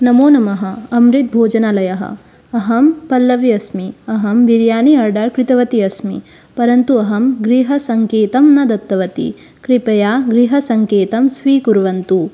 नमो नमः अमृत् भोजनालयः अहं पल्लवी अस्मि अहं विर्यानि आर्डर् कृतवती अस्मि परन्तु अहं गृहसङ्केतं न दत्तवती कृपया गृहसङ्केतं स्वीकुर्वन्तु